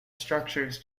structures